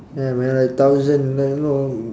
ya man like thousand like know